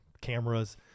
cameras